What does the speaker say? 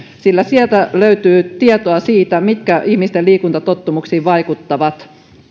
sillä sieltä löytyy tietoa siitä mitkä tekijät ihmisten liikuntatottumuksiin vaikuttavat